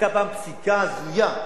פעם היתה פסיקה הזויה,